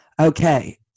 Okay